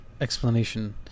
explanation